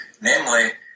Namely